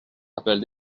appelle